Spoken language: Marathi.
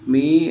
मी